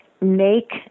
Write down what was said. make